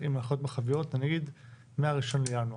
עם ההנחיות המרחביות נגיד מהראשון לינואר.